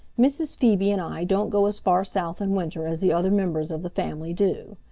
mrs. phoebe and i don't go as far south in winter as the other members of the family do.